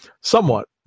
Somewhat